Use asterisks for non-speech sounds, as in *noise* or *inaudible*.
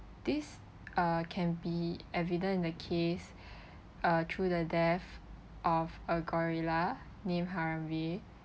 this uh can be evident in the case *breath* uh through the death of a gorilla named harvey